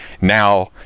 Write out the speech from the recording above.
now